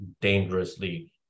dangerously